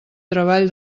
treball